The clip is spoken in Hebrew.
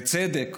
בצדק,